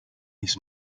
his